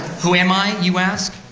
who am i, you ask?